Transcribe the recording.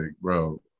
bro